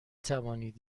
توانید